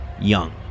young